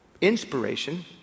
inspiration